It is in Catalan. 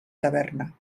taverna